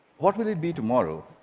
what will it be tomorrow?